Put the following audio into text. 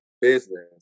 business